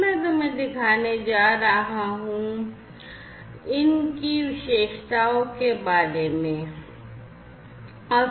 मैं LoRa और SIGFOX की विशेषताओं में से कुछ के बारे में बात करने जा रहा हूं